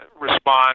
respond